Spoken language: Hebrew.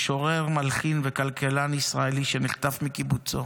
משורר, מלחין וכלכלן ישראלי, שנחטף מקיבוצו.